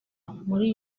muri